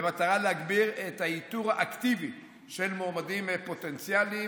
במטרה להגביר את האיתור האקטיבי של מועמדים פוטנציאליים.